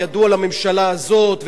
וידוע לממשלה הזאת,